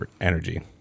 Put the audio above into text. energy